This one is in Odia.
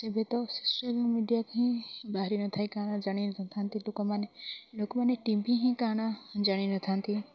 ଏବେ ତ ସୋସିଆଲ୍ ମଡ଼ିଆରେ ହିଁ ବାହାରି ନଥାଏ କାରଣ ଜାଣି ନ ଥାନ୍ତି ଲୋକମାନେ ଲୋକମାନେ ଟିଭି ହିଁ କାଣ ଜାଣିନଥାନ୍ତି